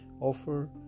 Offer